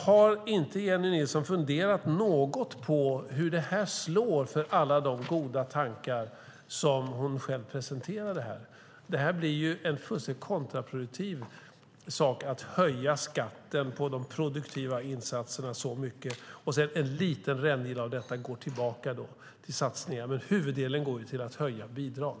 Har inte Jennie Nilsson funderat något på hur det här slår mot alla de goda tankar hon själv presenterade? Det blir fullständigt kontraproduktivt att höja skatten på de produktiva insatserna så mycket. En liten rännil av detta går sedan tillbaka till satsningar, men huvuddelen går ju till att höja bidrag.